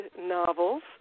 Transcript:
novels